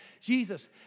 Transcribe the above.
Jesus